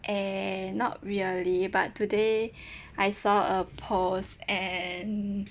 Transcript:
eh not really but today I saw a post and